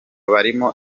barimo